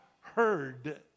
heard